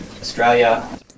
Australia